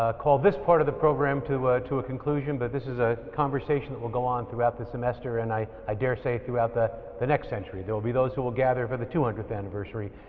ah call this part of the program to a conclusion, but this is a conversation that will go on throughout the semester and i i dare say throughout the the next century. there'll be those who will gather for the two hundredth anniversary.